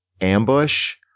ambush